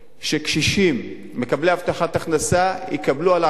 שקשישים מקבלי הבטחת הכנסה יקבלו על 400